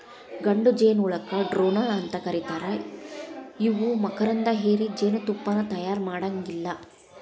ಗಂಡು ಜೇನಹುಳಕ್ಕ ಡ್ರೋನ್ ಅಂತ ಕರೇತಾರ ಇವು ಮಕರಂದ ಹೇರಿ ಜೇನತುಪ್ಪಾನ ತಯಾರ ಮಾಡಾಂಗಿಲ್ಲ